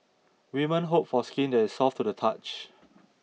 women hope for skin that is soft to the touch